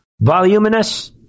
voluminous